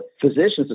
physicians